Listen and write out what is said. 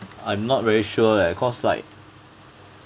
I'm not very sure leh cause like